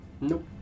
Nope